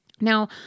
Now